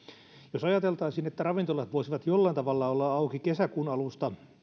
jos ajateltaisiin että ravintolat voisivat jollain tavalla olla auki kesäkuun alusta